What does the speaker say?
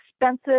expensive